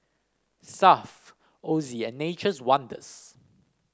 Stuff Ozi and Nature's Wonders